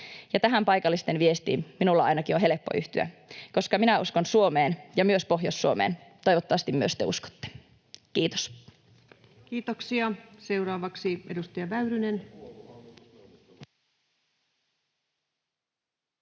Tähän paikallisten viestiin minun ainakin on helppo yhtyä, koska minä uskon Suomeen ja myös Pohjois-Suomeen. Toivottavasti myös te uskotte. — Kiitos. Kiitoksia. — Seuraavaksi edustaja Väyrynen.